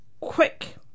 quick